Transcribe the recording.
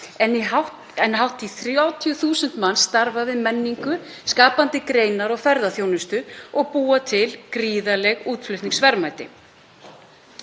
en hátt í 30.000 manns starfa við menningu, skapandi greinar og ferðaþjónustu og búa til gríðarleg útflutningsverðmæti.